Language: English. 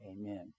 Amen